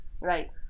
right